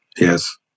Yes